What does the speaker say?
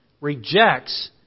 rejects